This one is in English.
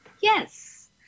Yes